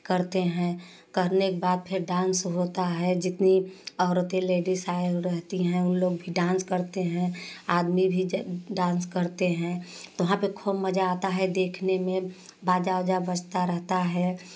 करते हैं करने के बाद फिर डांस होता है जितनी औरतें लेडीज आए रहती हैं उ लोग भी डांस करते हैं आदमी भी डांस करते हैं तो वहाँ पर खूब मज़ा आता है देखने में बाजा उजा बजता रहता है